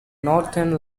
northern